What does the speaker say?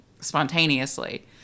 spontaneously